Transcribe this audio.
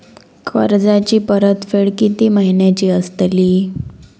कर्जाची परतफेड कीती महिन्याची असतली?